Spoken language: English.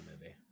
movie